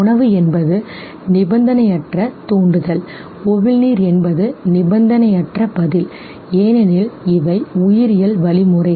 உணவு என்பது நிபந்தனையற்ற தூண்டுதல் உமிழ்நீர் என்பது நிபந்தனையற்ற பதில் ஏனெனில் இவை உயிரியல் வழிமுறைகள்